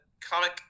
comic